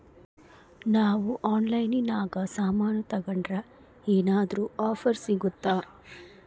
ನಾವು ಆನ್ಲೈನಿನಾಗ ಸಾಮಾನು ತಗಂಡ್ರ ಏನಾದ್ರೂ ಆಫರ್ ಸಿಗುತ್ತಾ?